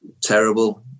terrible